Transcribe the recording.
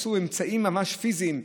עשו אמצעים ממש פיזיים,